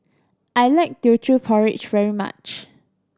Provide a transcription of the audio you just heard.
I like Teochew Porridge very much